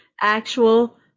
actual